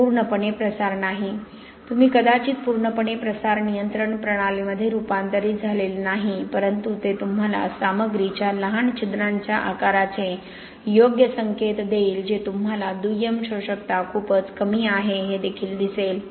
हे पूर्णपणे प्रसार नाही तुम्ही कदाचित पूर्णपणे प्रसार नियंत्रण प्रणालीमध्ये रूपांतरित झालेले नाही परंतु ते तुम्हाला सामग्रीच्या लहान छिद्रांच्या आकाराचे योग्य संकेत देईल जे तुम्हाला दुय्यम शोषकता खूपच कमी आहे हे देखील दिसेल